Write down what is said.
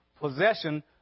possession